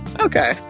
Okay